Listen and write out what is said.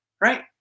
right